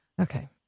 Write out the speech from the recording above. Okay